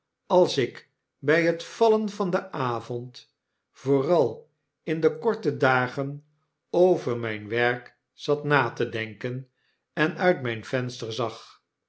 als ik by het vallen van den avond vooral in de korte dagen over mjjn werk zat na te denken en uit min venster zag